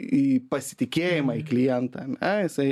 į pasitikėjimą į klientą ane jisai